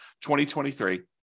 2023